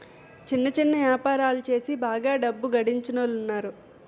సిన్న సిన్న యాపారాలు సేసి బాగా డబ్బు గడించినోలున్నారు